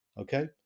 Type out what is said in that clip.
okay